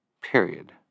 Period